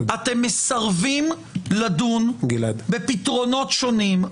אתם מסרבים לדון בפתרונות שונים.